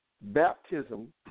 Baptism